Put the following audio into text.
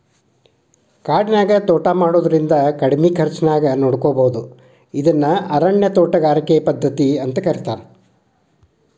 ಕಾಡಿನ್ಯಾಗ ತೋಟಾ ಮಾಡೋದ್ರಿಂದ ಕಡಿಮಿ ಖರ್ಚಾನ್ಯಾಗ ನೋಡ್ಕೋಬೋದು ಇದನ್ನ ಅರಣ್ಯ ತೋಟಗಾರಿಕೆ ಪದ್ಧತಿ ಅಂತಾರ